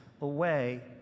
away